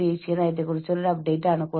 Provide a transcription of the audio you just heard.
അത് അവരുടെ ഉൽപ്പാദനക്ഷമത വർദ്ധിപ്പിക്കും